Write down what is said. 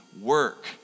work